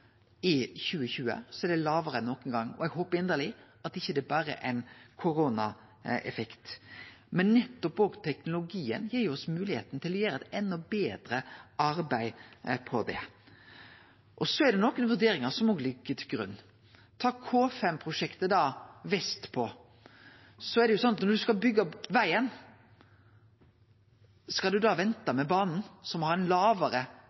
i trafikken i 2020, er det talet lågare enn nokon gong. Eg håpar inderleg at det ikkje berre er ein koronaeffekt. Men òg teknologien gir oss moglegheita til å gjere eit enda betra arbeid her. Så er det nokre vurderingar som òg ligg til grunn. Ta K5-prosjektet vestpå. Når ein skal byggje vegen, skal ein da vente med banen, som har ein